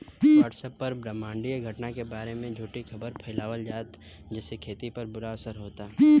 WhatsApp पर ब्रह्माण्डीय घटना के बारे में झूठी खबर फैलावल जाता जेसे खेती पर बुरा असर होता